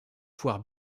foire